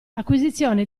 acquisizione